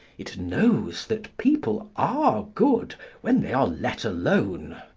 it knows that people are good when they are let alone.